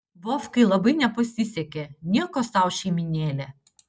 vovkai labai nepasisekė nieko sau šeimynėlė